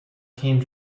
came